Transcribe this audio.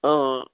اۭں اۭں